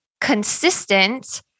consistent